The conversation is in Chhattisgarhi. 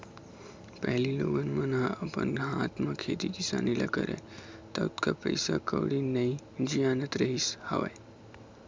पहिली लोगन मन ह अपन हाथ म खेती किसानी ल करय त ओतका पइसा कउड़ी नइ जियानत रहिस हवय